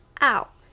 out